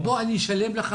בוא אני אשלם לך